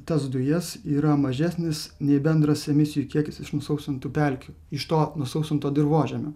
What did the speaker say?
tas dujas yra mažesnis nei bendras emisijų kiekis iš nusausintų pelkių iš to nusausinto dirvožemio